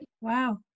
wow